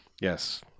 Yes